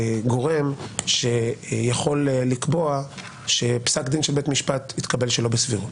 גורם שיכול לקבוע שפסק של דין של בית משפט התקבל שלא בסבירות,